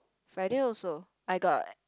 Friday also I got